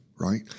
right